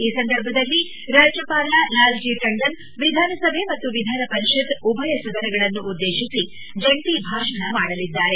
ಈ ಸಂದರ್ಭದಲ್ಲಿ ರಾಜ್ಯಪಾಲ ಲಾಲ್ಲಿ ಟಂಡನ್ ವಿಧಾನ ಸಭೆ ಮತ್ತು ವಿಧಾನ ಪರಿಷತ್ ಉಭಯ ಸದನಗಳನ್ನು ಉದ್ದೇಶಿಸಿ ಜಂಟಿ ಭಾಷಣ ಮಾಡಲಿದ್ದಾರೆ